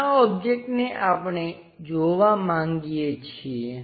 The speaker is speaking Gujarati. આ ઓબ્જેક્ટને આપણે જોવા માંગીએ છીએ